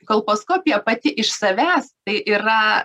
kolposkopija pati iš savęs tai yra